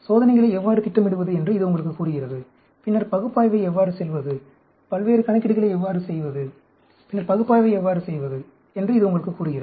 சோதனைகளை எவ்வாறு திட்டமிடுவது என்று இது உங்களுக்குக் கூறுகிறது பின்னர் பகுப்பாய்வை எவ்வாறு செய்வது பல்வேறு கணக்கீடுகளை எவ்வாறு செய்வது என்று இது உங்களுக்குக் கூறுகிறது